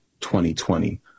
2020